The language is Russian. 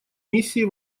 миссии